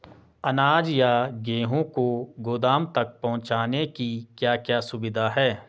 अनाज या गेहूँ को गोदाम तक पहुंचाने की क्या क्या सुविधा है?